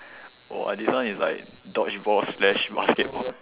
!wah! this one is like dodgeball slash basketball